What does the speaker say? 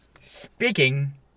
Speaking